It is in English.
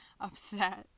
upset